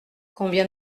combien